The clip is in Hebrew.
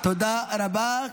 תודה רבה.